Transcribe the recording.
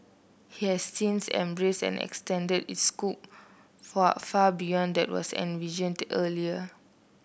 he has since embraced and extended its scope far far beyond that was envisioned that earlier